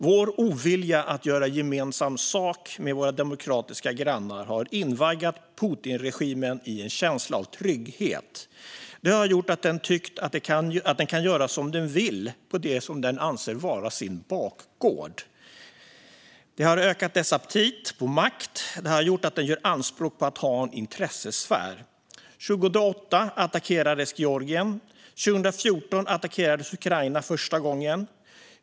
Vår ovilja att göra gemensam sak med våra demokratiska grannar har invaggat Putinregimen i en känsla av trygghet. Det har gjort att den tyckt att den kan göra som den vill på det som den anser vara sin bakgård. Det har ökat dess aptit på makt. Det har gjort att den gör anspråk på att ha en intressesfär. År 2008 attackerades Georgien. År 2014 attackerades Ukraina första gången.